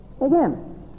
Again